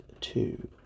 two